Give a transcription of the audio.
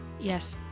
Yes